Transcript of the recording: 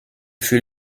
fut